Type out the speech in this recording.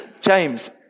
James